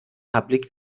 public